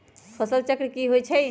फसल चक्र की होइ छई?